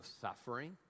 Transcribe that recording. suffering